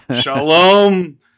Shalom